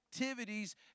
activities